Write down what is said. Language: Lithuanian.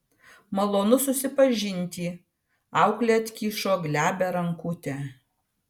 malonu susipažinti auklė atkišo glebią rankutę